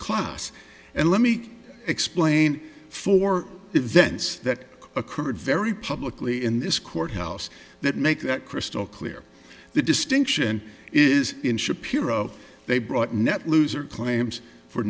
class and let me explain for events that occurred very publicly in this courthouse that make that crystal clear the distinction is in shapiro they brought net loser claims for